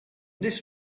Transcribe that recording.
this